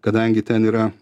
kadangi ten yra